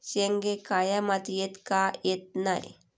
शेंगे काळ्या मातीयेत का येत नाय?